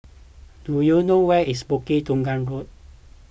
do you know where is Bukit Tunggal